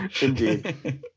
Indeed